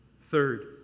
Third